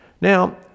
Now